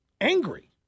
angry